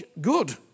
good